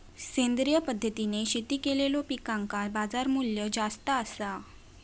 सेंद्रिय पद्धतीने शेती केलेलो पिकांका बाजारमूल्य जास्त आसा